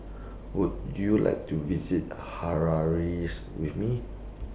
Would YOU like to visit Harare with Me